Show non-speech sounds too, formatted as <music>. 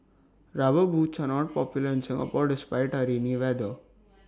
rubber boots are not popular in Singapore despite <unintelligible> weather